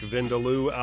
Vindaloo